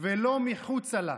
ולא מחוצה לה.